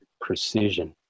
precision